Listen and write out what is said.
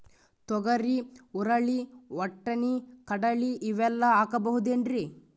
ತೊಗರಿ, ಹುರಳಿ, ವಟ್ಟಣಿ, ಕಡಲಿ ಇವೆಲ್ಲಾ ಹಾಕಬಹುದೇನ್ರಿ?